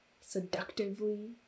seductively